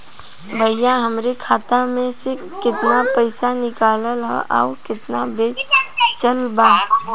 भईया हमरे खाता मे से कितना पइसा निकालल ह अउर कितना बचल बा?